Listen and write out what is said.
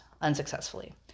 unsuccessfully